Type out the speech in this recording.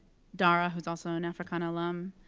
dara, who's also an africana alum,